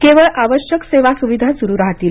केवळ आवश्यक सेवा सुविधा सुरु राहतील